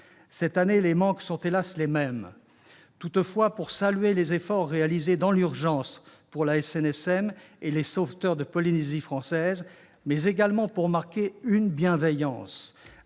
Cette année, les manques sont, hélas, les mêmes. Toutefois, pour saluer les efforts réalisés dans l'urgence pour la SNSM et les sauveteurs de Polynésie française, mais également pour marquer une bienveillance